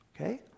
Okay